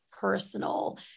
personal